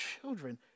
children